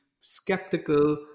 skeptical